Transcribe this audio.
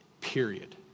Period